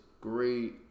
great